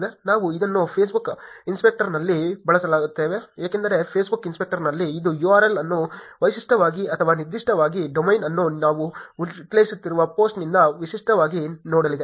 ನಾವು ಇದನ್ನು ಫೇಸ್ಬುಕ್ ಇನ್ಸ್ಪೆಕ್ಟರ್ನಲ್ಲಿ ಬಳಸುತ್ತೇವೆ ಏಕೆಂದರೆ ಫೇಸ್ಬುಕ್ ಇನ್ಸ್ಪೆಕ್ಟರ್ನಲ್ಲಿ ಇದು URL ಅನ್ನು ವೈಶಿಷ್ಟ್ಯವಾಗಿ ಅಥವಾ ನಿರ್ದಿಷ್ಟವಾಗಿ ಡೊಮೇನ್ ಅನ್ನು ನಾವು ವಿಶ್ಲೇಷಿಸುತ್ತಿರುವ ಪೋಸ್ಟ್ನಿಂದ ವೈಶಿಷ್ಟ್ಯವಾಗಿ ನೋಡಲಿದೆ